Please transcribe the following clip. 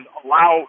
allow